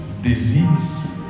Disease